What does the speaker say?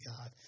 God